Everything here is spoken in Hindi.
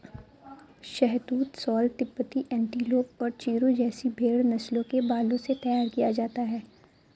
शहतूश शॉल तिब्बती एंटीलोप और चिरु जैसी भेड़ नस्लों के बालों से तैयार किया जाता है